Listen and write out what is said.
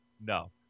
No